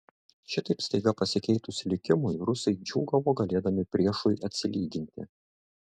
šitaip staiga pasikeitus likimui rusai džiūgavo galėdami priešui atsilyginti